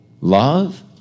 love